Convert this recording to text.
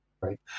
right